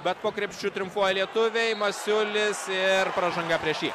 bet po krepšiu triumfuoja lietuviai masiulis ir pražanga prieš jį